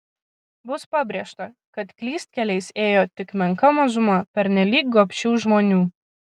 bus pabrėžta kad klystkeliais ėjo tik menka mažuma pernelyg gobšių žmonių